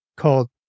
called